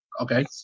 okay